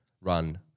run